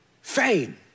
fame